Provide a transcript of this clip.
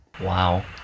Wow